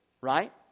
Right